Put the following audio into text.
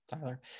Tyler